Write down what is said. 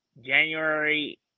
January